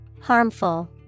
Harmful